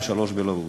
3. בלרוס.